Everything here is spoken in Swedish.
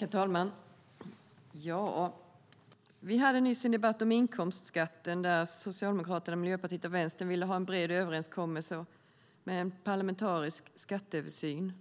Herr talman! Vi hade nyss en debatt om inkomstskatten där Socialdemokraterna, Miljöpartiet och Vänstern ville ha en bred överenskommelse om en parlamentarisk skatteöversyn.